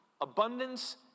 abundance